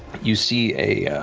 you see a